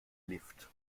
lift